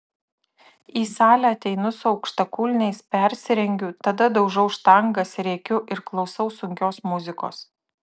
į salę ateinu su aukštakulniais persirengiu tada daužau štangas rėkiu ir klausau sunkios muzikos